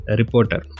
reporter